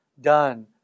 done